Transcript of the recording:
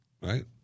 right